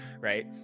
right